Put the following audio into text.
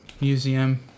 museum